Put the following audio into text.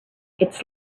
its